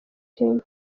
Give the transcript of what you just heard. kenya